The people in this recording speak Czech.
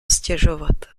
stěžovat